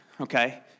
Okay